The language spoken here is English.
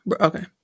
okay